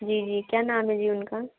जी जी क्या नाम है जी उनका